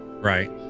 Right